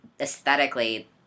aesthetically